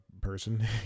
person